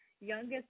youngest